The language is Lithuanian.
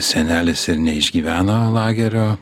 senelis ir neišgyveno lagerio